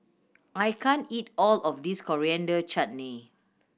I can't eat all of this Coriander Chutney